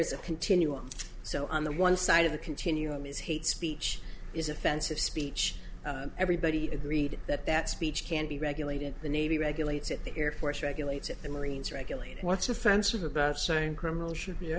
is a continuum so on the one side of the continuum is hate speech is offensive speech everybody agreed that that speech can be regulated the navy regulates it the air force regulates it the marines regulate it what's offensive about saying criminal should be